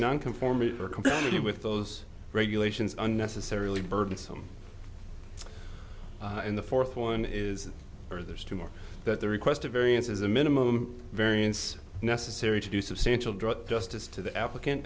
non conforming or completely with those regulations unnecessarily burdensome and the fourth one is or there's two more that the requested variance is a minimum variance necessary to do substantial drop justice to the applicant